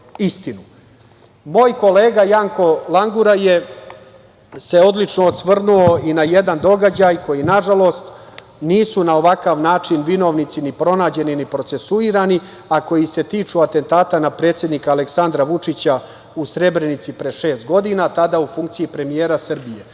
kolega Janko Langura se odlično osvrnuo i na jedan događaj za koji nažalost, nisu na ovakav način vinovnici pronađeni, ni procesuirani, a koji se tiču atentata na predsednika Aleksandra Vučića u Srebrenici pre šest godina, tada na funkciji premijera Srbije.